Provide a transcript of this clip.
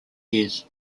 years